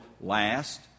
last